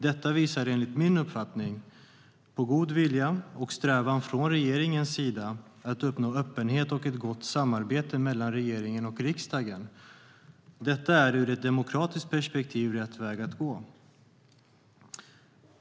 Detta visar enligt min uppfattning på god vilja och en strävan från regeringens sida att uppnå öppenhet och ett gott samarbete mellan regeringen och riksdagen. Detta är ur ett demokratiskt perspektiv rätt väg att gå.